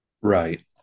Right